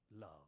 love